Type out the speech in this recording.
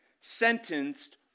sentenced